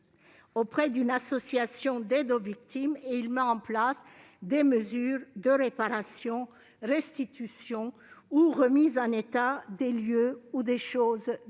auprès d'une association d'aide aux victimes et il prévoit la mise en place de mesures de réparation, de restitution ou de remise en état des lieux ou des choses dégradées.